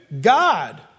God